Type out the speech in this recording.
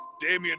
Damian